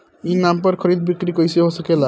ई नाम पर खरीद बिक्री कैसे हो सकेला?